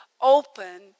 open